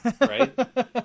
Right